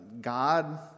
God